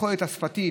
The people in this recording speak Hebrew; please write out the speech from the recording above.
יכולת שפתית,